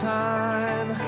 time